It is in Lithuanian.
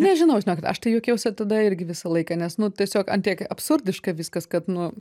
nežinau žinokit aš tai juokiausi tada irgi visą laiką nes nu tiesiog ant tiek absurdiška viskas kad nu